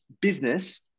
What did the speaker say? business